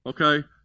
okay